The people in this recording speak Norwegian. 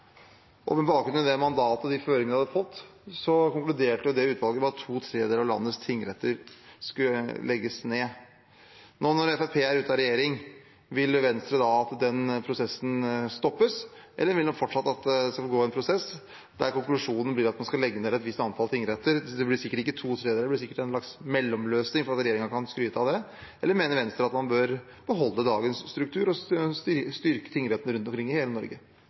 Med bakgrunn i det mandatet og de føringene de hadde fått, konkluderte det utvalget med at to tredjedeler av landets tingretter skulle legges ned. Nå når Fremskrittspartiet er ute av regjering, vil Venstre da at den prosessen stoppes, eller vil man fortsatt at det skal pågå en prosess der konklusjonen blir at man skal legge ned et visst antall tingretter – det blir sikkert ikke to tredjedeler; det blir sikkert en slags mellomløsning – slik at regjeringen skal kunne skryte av det? Eller mener Venstre at man bør beholde dagens struktur og styrke tingrettene rundt omkring i hele Norge?